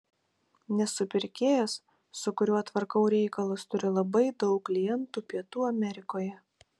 nes supirkėjas su kuriuo tvarkau reikalus turi labai daug klientų pietų amerikoje